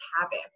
habits